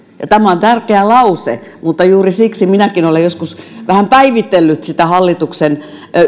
tämä on tärkeä lause mutta juuri siksi minäkin olen joskus vähän päivitellyt sitä hallituksen